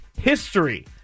history